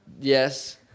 Yes